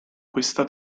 questa